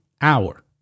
hour